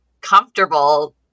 comfortable